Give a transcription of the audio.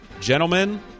Gentlemen